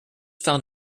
found